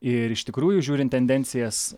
ir iš tikrųjų žiūrint tendencijas